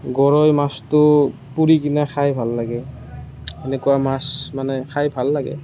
গৰৈ মাছটো পুৰি কিনে খাই ভাল লাগে এনেকুৱা মাছ মানে খাই ভাল লাগে